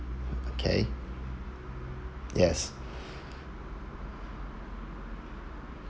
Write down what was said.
okay yes